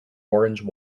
orange